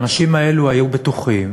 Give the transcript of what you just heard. האנשים האלה היו בטוחים